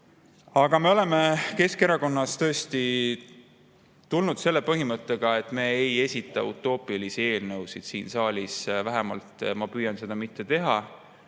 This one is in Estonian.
aga me lähtume Keskerakonnas tõesti sellest põhimõttest, et me ei esita utoopilisi eelnõusid siin saalis, vähemalt ma püüan seda mitte teha.